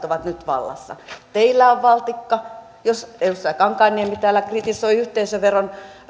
ovat nyt vallassa teillä on valtikka jos edustaja kankaanniemi täällä kritisoi yhteisöveron